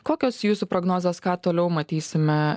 kokios jūsų prognozės ką toliau matysime